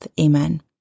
Amen